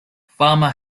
farmer